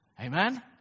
Amen